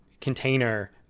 container